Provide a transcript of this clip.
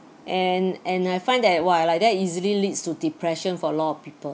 and and I find that !wah! like that easily leads to depression for a lot of people